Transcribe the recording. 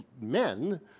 men